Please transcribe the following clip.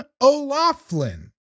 O'Laughlin